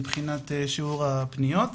מבחינת שיעור הפניות.